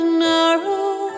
narrow